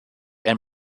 and